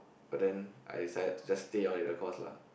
but then I decided to just stay on in the course lah